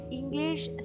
English